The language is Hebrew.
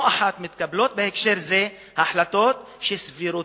לא אחת מתקבלות בהקשר זה החלטות שסבירותן